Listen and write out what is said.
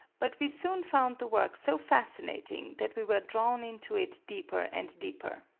but we soon found the work so fascinating that we were drawn into it deeper and deeper.